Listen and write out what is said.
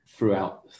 throughout